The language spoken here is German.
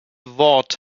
wort